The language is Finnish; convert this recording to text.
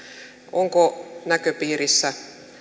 onko näköpiirissä